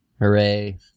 Hooray